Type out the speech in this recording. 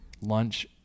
lunch